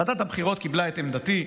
ועדת הבחירות קיבלה את עמדתי.